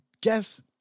guess